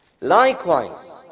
Likewise